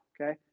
Okay